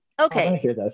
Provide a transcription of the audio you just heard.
Okay